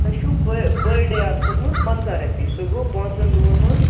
تۄہہِ چھُو پٔر پٔر ڈے اَتھ کھوتمُت پَنٛژَہ رۄپیہِ سُہ گوو پٲنٛژَن دۄہَن ہِیٚنٛد